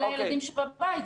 זה לילדים שבבית.